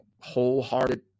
wholehearted